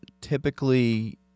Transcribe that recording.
typically